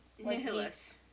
Nihilus